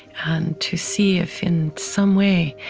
and to see if, in some way,